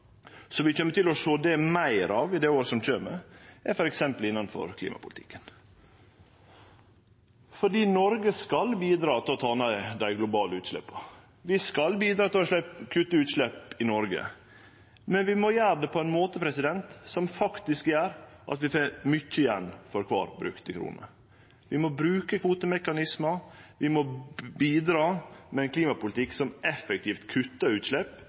vi kjem til å sjå meir av i året som kjem, er klimapolitikken – fordi Noreg skal bidra til å ta ned dei globale utsleppa. Vi skal bidra til å kutte utslepp i Noreg, men vi må gjere det på ein måte som faktisk gjer at vi får mykje igjen for kvar brukte krone. Vi må bruke kvotemekanismar, vi må bidra med ein klimapolitikk som effektivt kuttar utslepp,